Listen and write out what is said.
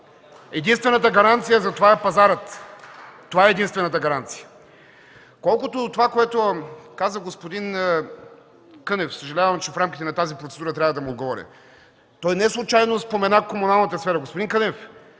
Единствената гаранция за това е пазарът. Това е единствената гаранция. Колкото до това, което каза господин Кънев, съжалявам, че в рамките на тази процедура трябва да му отговоря. Той неслучайно спомена комуналната сфера. Господин Кънев,